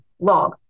log